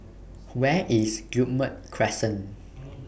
Where IS Guillemard Crescent